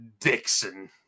Dixon